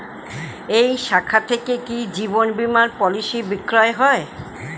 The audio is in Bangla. এই শাখা থেকে কি জীবন বীমার পলিসি বিক্রয় হয়?